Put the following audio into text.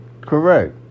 Correct